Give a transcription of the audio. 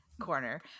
corner